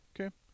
Okay